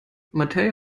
materie